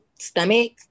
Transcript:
stomach